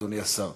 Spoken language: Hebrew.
אדוני השר,